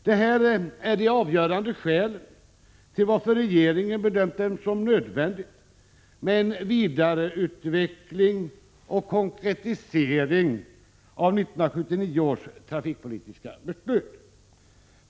Det här är det avgörande skälet till att regeringen bedömt det som nödvändigt med en vidareutveckling och konkretisering av 1979 års trafikpolitiska beslut.